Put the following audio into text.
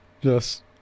yes